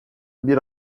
bir